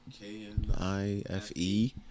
K-N-I-F-E